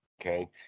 Okay